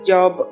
job